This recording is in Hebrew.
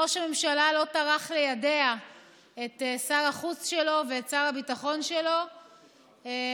ראש הממשלה לא טרח ליידע את שר החוץ שלו ואת שר הביטחון שלו מחשש,